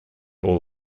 all